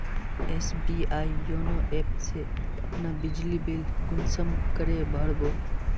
SBI YONO app से अपना बिजली बिल कुंसम करे भर बो?